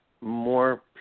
more